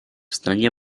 стране